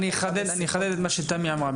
אני אחדד את מה שתמי אמרה.